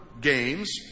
games